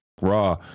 Raw